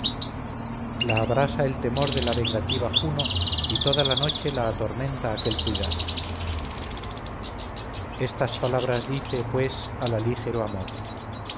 la abrasa el temor de la vengativa juno y toda la noche la atormenta aquel cuidado estas palabras dice pues al alígero amor